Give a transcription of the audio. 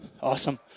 Awesome